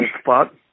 spot